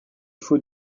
faut